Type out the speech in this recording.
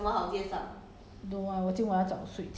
没有事情的 lah taiwan 戏你今晚要看什么